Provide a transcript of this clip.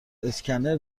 اسکنر